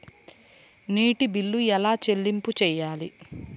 నీటి బిల్లు ఎలా చెల్లింపు చేయాలి?